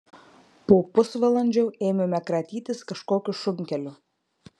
po pusvalandžio ėmėme kratytis kažkokiu šunkeliu